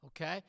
okay